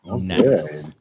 Nice